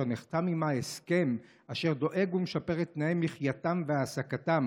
אשר נחתם עימה הסכם אשר דואג ומשפר את תנאי מחייתם והעסקתם